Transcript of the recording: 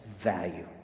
value